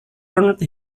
earned